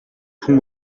хүн